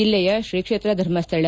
ಜಿಲ್ಲೆಯ ಶ್ರೀ ಕ್ಷೇತ್ರ ಧರ್ಮಸ್ಥಳ